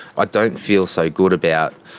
i don't feel so good about.